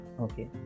Okay